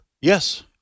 Yes